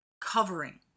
covering